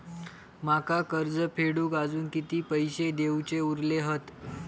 माका कर्ज फेडूक आजुन किती पैशे देऊचे उरले हत?